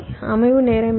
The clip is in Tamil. அமைவு நேரம் என்ன